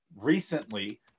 recently